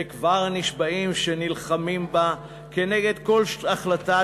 וכבר נשבעים שנלחמים בה כנגד כל החלטה,